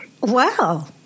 Wow